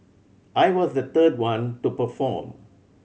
I was the third one to perform